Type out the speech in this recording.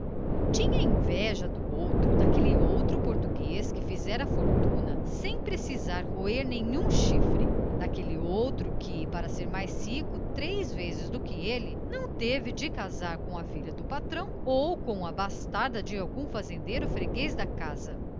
despeito tinha inveja do outro daquele outro português que fizera fortuna sem precisar roer nenhum chifre daquele outro que para ser mais rico três vezes do que ele não teve de casar com a filha do patrão ou com a bastarda de algum fazendeiro freguês da casa